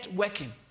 working